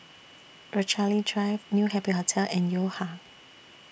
Rochalie Drive New Happy Hotel and Yo Ha